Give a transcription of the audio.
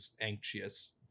anxious